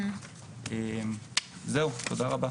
תודה רבה.